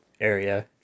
area